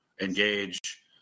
engage